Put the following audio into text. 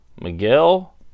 Miguel